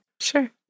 Sure